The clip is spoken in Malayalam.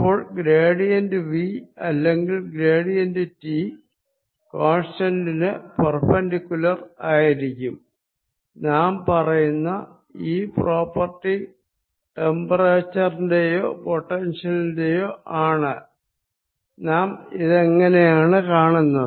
അപ്പോൾ ഗ്രേഡിയന്റ് V അല്ലെങ്കിൽ ഗ്രേഡിയന്റ് ടി കോൺസ്റ്റാന്റിന് പെർപെൻഡിക്കലർ ആയിരിക്കും നാം പറയുന്ന ഈ പ്രോപ്പർട്ടി ടെമ്പറേച്ചറിന്റെയോ പൊട്ടൻഷ്യലിന്റെയോ ആണ് നാം ഇതെങ്ങനെയാണ് കാണുന്നത്